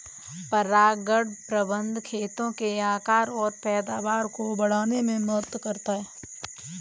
परागण प्रबंधन खेतों के आकार और पैदावार को बढ़ाने में मदद करता है